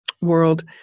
world